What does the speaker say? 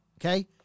okay